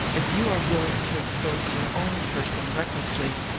if you are willing to expose your own person recklessly,